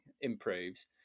improves